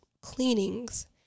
cleanings